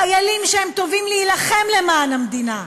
חיילים שהם טובים להילחם למען המדינה,